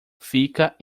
fica